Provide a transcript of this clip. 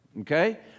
Okay